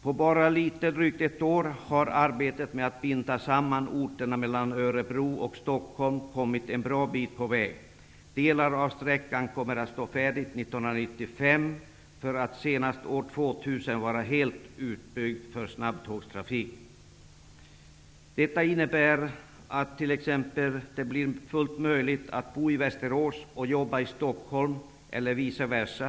På bara litet drygt ett år har arbetet med att binda samman orterna mellan Örebro och Stockholm kommit en bra bit på väg. Delar av sträckan kommer att vara färdig 1995, för att senast år 2000 vara helt utbyggd för snabbtågstrafik. Detta innebär t.ex. att det blir fullt möjligt att bo i Västerås och jobba i Stockholm eller vice versa.